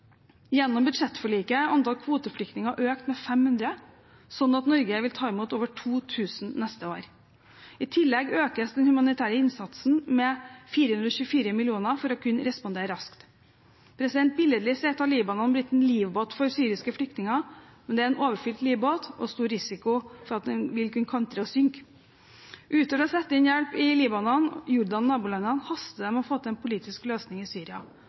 Gjennom budsjettforliket er antall kvoteflyktninger økt med 500, slik at Norge vil ta imot over 2 000 neste år. I tillegg økes den humanitære innsatsen med 424 mill. kr for å kunne respondere raskt. Billedlig sett har Libanon blitt en livbåt for syriske flyktninger, men det er en overfylt livbåt og stor risiko for at den vil kunne kantre og synke. Utover det å sette inn hjelp i Libanon, Jordan og nabolandene haster det med å få til en politisk løsning i Syria.